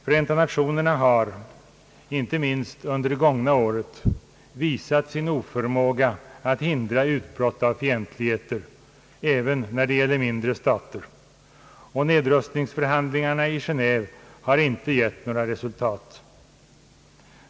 Förenta Nationerna har — inte minst under det gångna året — visat sin oförmåga att hindra utbrott av fientligheter även när det gäller mindre stater, och nedrustningsförhandlingarna i Geneve har inte gett några resultat.